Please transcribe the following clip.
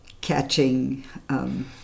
catching